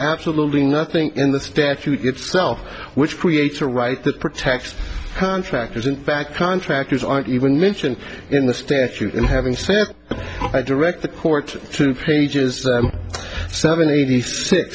absolutely nothing in the statute itself which creates a right that protects contractors in fact contractors aren't even mentioned in the statute and having fact i direct the court to pages seventy six